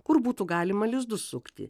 kur būtų galima lizdus sukti